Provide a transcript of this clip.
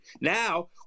Now